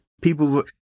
people